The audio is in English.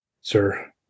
sir